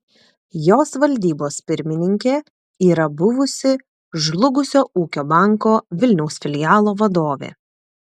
jos valdybos pirmininkė yra buvusi žlugusio ūkio banko vilniaus filialo vadovė